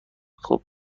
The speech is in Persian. خوب